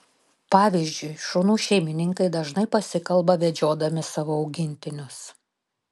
pavyzdžiui šunų šeimininkai dažnai pasikalba vedžiodami savo augintinius